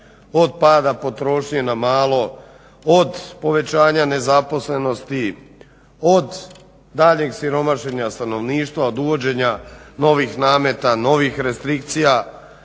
od pada potrošnje na malo, od povećanja nezaposlenosti, od daljnjeg siromašenja stanovništva, od uvođenja novih nameta, novih restrikcija